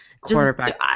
quarterback